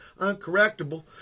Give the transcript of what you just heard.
Uncorrectable